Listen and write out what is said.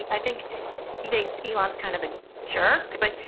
i think he thinks ilan's kind of a jerk. but,